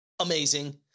Amazing